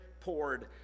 poured